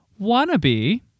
Wannabe